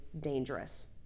dangerous